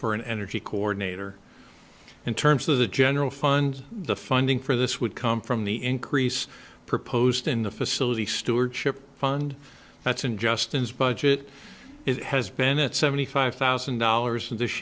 for an energy coordinator in terms of the general fund the funding for this would come from the increase proposed in the facility stewardship fund that's in justin's budget it has been at seventy five thousand dollars